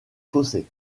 fossés